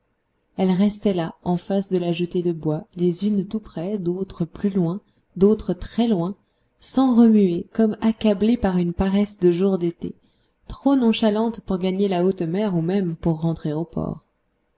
elles restaient là en face de la jetée de bois les unes tout près d'autres plus loin d'autres très loin sans remuer comme accablées par une paresse de jour d'été trop nonchalantes pour gagner la haute mer ou même pour rentrer au port